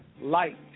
Light